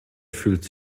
fühlte